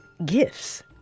gifts